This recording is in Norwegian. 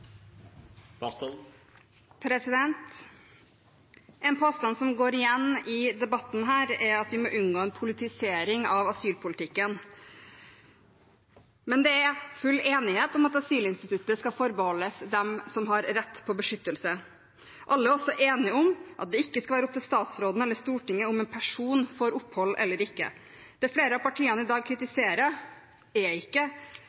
at vi må unngå en politisering av asylpolitikken. Men det er full enighet om at asylinstituttet skal forbeholdes dem som har rett på beskyttelse. Alle er også enige om at det ikke skal være opp til statsråden eller Stortinget om en person får opphold eller ikke. Det som flere av partiene i dag kritiserer, er ikke